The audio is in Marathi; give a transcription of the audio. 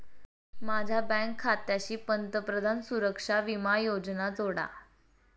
माझ्या बँक खात्याशी पंतप्रधान सुरक्षा विमा योजना जोडा